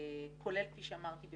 כולל כפי שאמרתי,